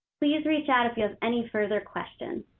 please reach out if you have any further questions.